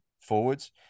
Forwards